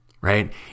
right